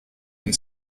and